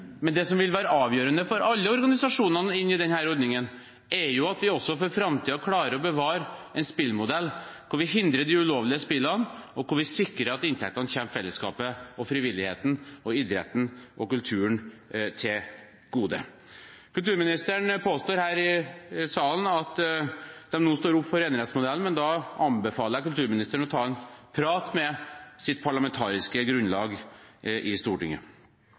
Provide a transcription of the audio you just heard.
det som vil være avgjørende for alle organisasjonene i denne ordningen, være at vi også for framtiden klarer å bevare en spillmodell hvor vi hindrer de ulovlige spillene, og hvor vi sikrer at inntektene kommer fellesskapet, frivilligheten, idretten og kulturen til gode. Kulturministeren påstår her i salen at de nå står opp for enerettsmodellen, men da anbefaler jeg kulturministeren å ta en prat med sitt parlamentariske grunnlag i Stortinget.